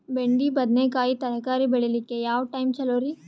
ಬೆಂಡಿ ಬದನೆಕಾಯಿ ತರಕಾರಿ ಬೇಳಿಲಿಕ್ಕೆ ಯಾವ ಟೈಮ್ ಚಲೋರಿ?